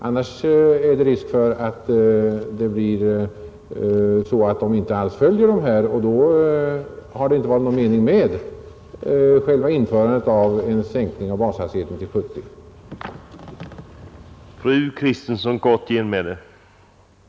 Annars är det risk för att man inte alls följer bestämmelserna, och då har det inte varit någon mening med en sänkning av bashastigheten till 70 km/tim.